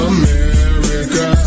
America